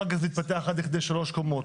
אחר כך זה התפתח עד לכדי שלוש קומות,